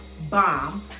Bomb